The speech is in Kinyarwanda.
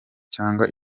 cyangwa